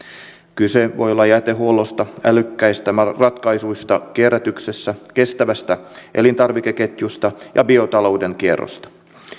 kyse voi olla jätehuollosta älykkäistä ratkaisuista kierrätyksessä kestävästä elintarvikeketjusta ja biotalouden kierrosta